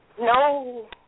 No